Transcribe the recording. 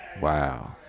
Wow